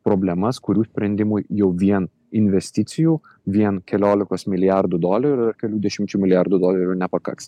problemas kurių sprendimui jau vien investicijų vien keliolikos milijardų dolerių ir kelių dešimčių milijardų dolerių nepakaks